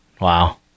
Wow